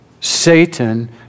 Satan